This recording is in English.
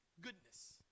goodness